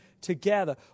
together